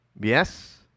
Yes